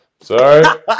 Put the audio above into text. sorry